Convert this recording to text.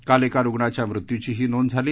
काल एका रुग्णाच्या मृत्यूचीही नोंद झाली